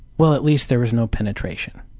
well, at least there was no penetration.